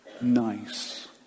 nice